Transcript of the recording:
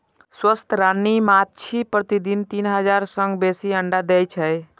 स्वस्थ रानी माछी प्रतिदिन तीन हजार सं बेसी अंडा दै छै